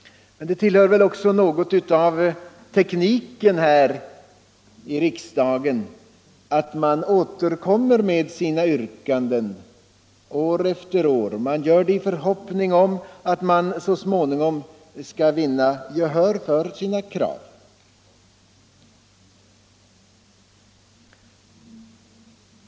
Det är väl något av tekniken här i riksdagen att återkomma med sina yrkanden år efter år. Man gör det i förhoppningen att så småningom vinna gehör för sina krav.